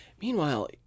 meanwhile